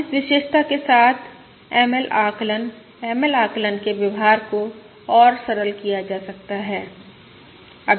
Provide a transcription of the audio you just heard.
अब इस विशेषता के साथ आकलन ML आकलन ML आकलन के व्यवहार को और सरल किया जा सकता है